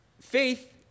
faith